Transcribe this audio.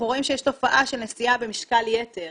אנחנו רואים שיש תופעה של נסיעה במשקל יתר